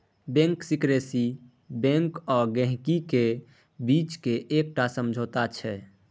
bank secrecy bank आ गांहिकी केर बीचक एकटा समझौता छै